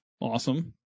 Awesome